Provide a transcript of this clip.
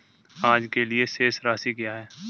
आज के लिए शेष राशि क्या है?